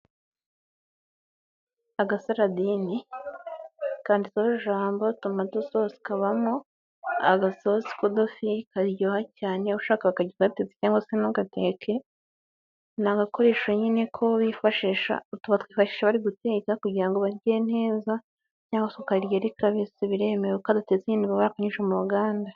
Agasaradini, kanditseho jabo tomato sosi. Kabamo agasosi k'udufi karyoha cyane, ushaka wakarya gatetse cyangwa se ntugake, ni agakoresho nyine ko bifashisha bari guteka kugira ngo barye neza cyangwa se ukarya ri kabisi biremewe kadatetse nyine baba barakanyujije mu ruganda.